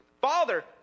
Father